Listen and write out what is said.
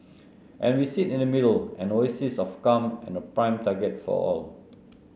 and we sit in the middle an oasis of calm and a prime target for all